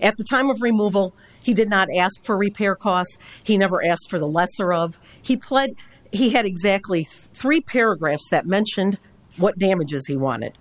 at the time of removal he did not ask for repair costs he never asked for the lesser of he pled he had exactly three paragraphs that mentioned what damages he won it